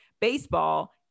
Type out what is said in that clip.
baseball